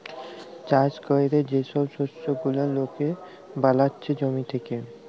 চাষ ক্যরে যে ছব শস্য গুলা লকে বালাচ্ছে জমি থ্যাকে